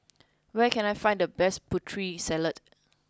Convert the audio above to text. where can I find the best Putri Salad